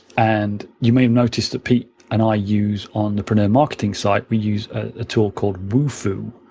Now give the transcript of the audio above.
and you may notice that pete and i use on the preneur marketing site, we use a tool called wufoo,